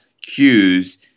cues